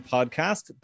Podcast